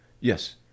Yes